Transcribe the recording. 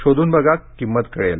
शोधून बघा किंमत कळेल